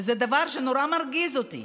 וזה דבר שנורא מרגיז אותי,